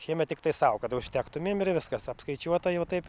šiemet tiktai sau kad užtektumėm ir viskas apskaičiuota jau taip